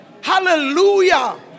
Hallelujah